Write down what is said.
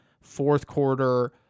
fourth-quarter